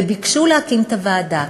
וביקשו להקים את הוועדה.